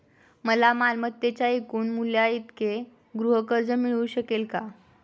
मला मालमत्तेच्या एकूण मूल्याइतके गृहकर्ज मिळू शकेल का?